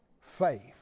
faith